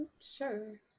Sure